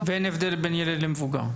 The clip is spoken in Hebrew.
ואין הבדל בין ילד למבוגר?